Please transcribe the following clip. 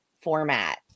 format